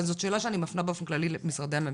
זאת שאלה שאני מפנה באופן כללי למשרדי הממשלה.